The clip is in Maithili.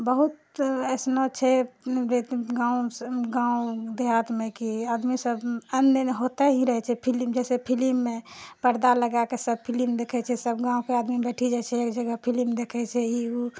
बहुत ऐसनो छै गाँव गाउँ देहातमे कि आदमी सभ आन दिन होते ही रहै छै फिलिम जाहिसँ फिलिममे पर्दा लगाके सभ फिलिम देखै छै सभ गाँवके आदमी बैठी जाइ छै एक जगह फिलिम देखै छै ई ओ